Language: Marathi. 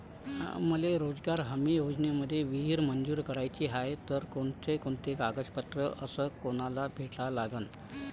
मले रोजगार हमी योजनेमंदी विहीर मंजूर कराची हाये त कोनकोनते कागदपत्र अस कोनाले भेटा लागन?